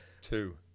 Two